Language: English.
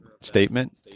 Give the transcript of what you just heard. statement